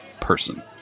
person